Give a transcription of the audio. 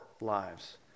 lives